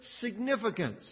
significance